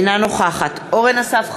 אינה נוכחת אורן אסף חזן,